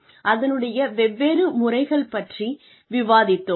அதனுடைய வெவ்வேறு முறைகள் பற்றி விவாதித்தோம்